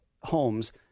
homes